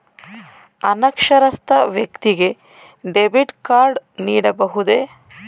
ಅನಕ್ಷರಸ್ಥ ವ್ಯಕ್ತಿಗೆ debit card ನೀಡಬಹುದೇ?